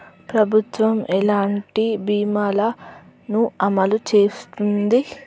ప్రభుత్వం ఎలాంటి బీమా ల ను అమలు చేస్తుంది?